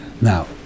Now